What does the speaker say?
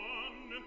one